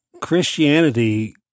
Christianity